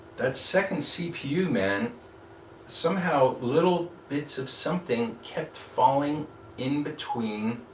that second cpu man somehow little bits of something kept falling in between